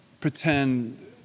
pretend